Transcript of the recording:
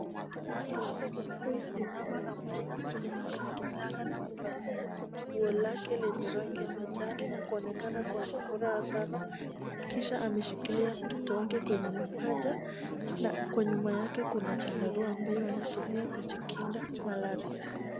Huyu ni mama ambaye ameketi kwenye kitanda na kuvalia nguo lake lenye rangi ya majani na kuonekana na furaha sanaa. Kisha ameshikilia mtoto wake kwenye mapaja na kwa nyuma yake kuna chandarua ambaye anatumia kujikinga Malaria.